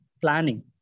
planning